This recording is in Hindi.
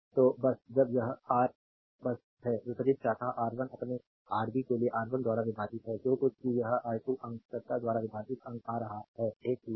तो बस जब यह रा बस है विपरीत शाखा R1 अपने आरबी के लिए R1 द्वारा विभाजित है जो कुछ भी यह R2 अंककर्ता द्वारा विभाजित अंक आ रहा है एक ही है